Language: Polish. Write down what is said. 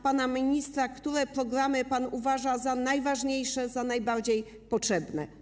Panie ministrze, które programy uważa pan za najważniejsze, za najbardziej potrzebne?